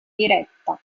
diretta